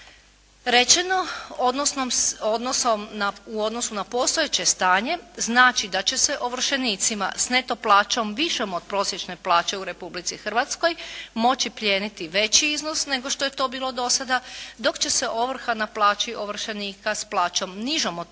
Rečeno u odnosu na postojeće stanje znači da će se ovršenicima s neto plaćom višom od prosječne plaće u Republici Hrvatskoj moći plijeniti veći iznos nego što je to bilo do sada, dok će se ovrha na plaći ovršenika s plaćom nižom od